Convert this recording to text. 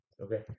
Okay